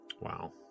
Wow